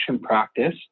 practice